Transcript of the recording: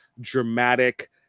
dramatic